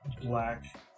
black